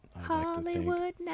Hollywood